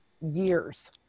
years